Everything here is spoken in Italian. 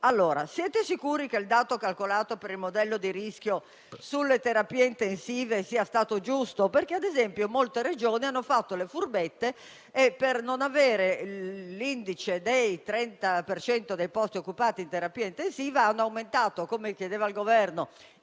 Siete sicuri, allora, che il dato calcolato per il modello di rischio sulle terapie intensive sia stato giusto? Ad esempio, infatti, molte Regioni hanno fatto le furbette e, per non superare il limite del 30 per cento dei posti occupati in terapia intensiva, hanno aumentato, come chiedeva il Governo,